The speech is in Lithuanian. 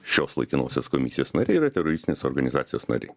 šios laikinosios komisijos nariai yra teroristinės organizacijos nariai